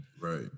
Right